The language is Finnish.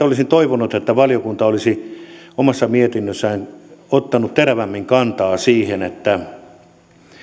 olisin toivonut että valiokunta olisi omassa mietinnössään ottanut terävämmin kantaa siihen että